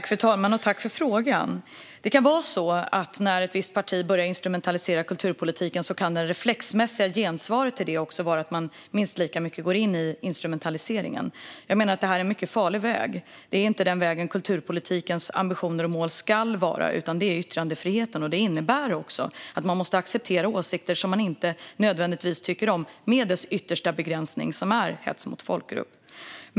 Fru talman! Jag tackar för frågan. När ett visst parti börjar instrumentalisera kulturpolitiken kan det reflexmässiga gensvaret vara att man minst lika mycket går in i instrumentaliseringen. Jag menar att det är en mycket farlig väg. Det är inte så kulturpolitikens ambitioner och mål ska se ut. Det handlar i stället om yttrandefriheten, och det innebär att man måste acceptera åsikter som man inte nödvändigtvis tycker om - med dess yttersta begränsning, vilket är hets mot folkgrupp.